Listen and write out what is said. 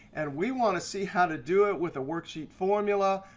and we want to see how to do it with a worksheet formula,